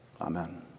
Amen